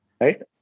right